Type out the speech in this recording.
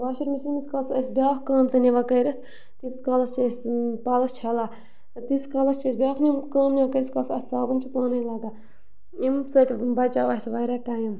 washer machine ییٖتِس کالَس أسۍ بیٛاکھ کٲم تہِ نِوان کٔرِتھ تیٖتِس کالَس چھِ أسۍ پَلو چھَلان تیٖتِس کالَس چھِ أسۍ بیٛاکھ کٲم نِوان کٔرِتھ ییٖتِس کالَس اَسہِ صابَن چھِ پانَے واتان ییٚمہِ سۭتۍ بَچیو اَسہِ واریاہ ٹایم